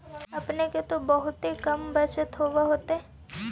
अपने के तो बहुते कम बचतबा होब होथिं?